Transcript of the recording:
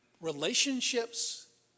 relationships